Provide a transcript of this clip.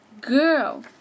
girl